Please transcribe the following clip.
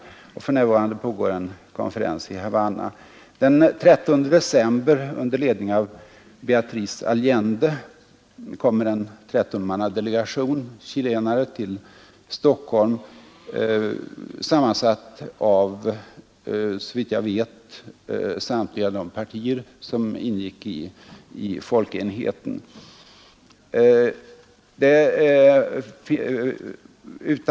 För närvarande pågår en konferens i Havanna, och den 13 december kommer, under ledning av Beatrice Allende, en trettonmannadelegation chilenare till Stockholm, sammansatt av — såvitt jag vet — samtliga de partier som ingick i folkenheten.